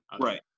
Right